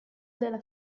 della